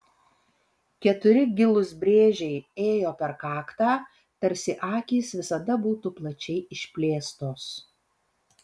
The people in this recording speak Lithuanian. keturi gilūs brėžiai ėjo per kaktą tarsi akys visada būtų plačiai išplėstos